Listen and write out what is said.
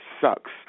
sucks